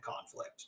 conflict